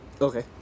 okay